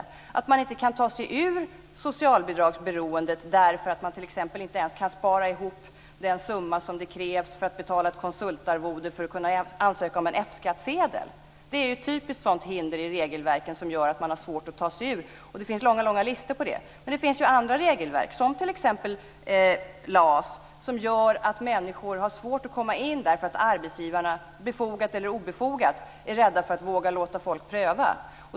Man kan inte ta sig ur socialbidragsberoendet, t.ex. därför att man inte ens kan spara ihop den summa som krävs för att betala ett konsultarvode för att kunna ansöka om en F-skattsedel. Det är ett typiskt sådant hinder i regelverken som man har svårt att ta sig igenom. Det finns långa listor på det. Men det finns andra regelverk, t.ex. LAS, som gör att människor har svårt att komma in därför att arbetsgivarna, befogat eller obefogat, är rädda för att våga låta folk pröva.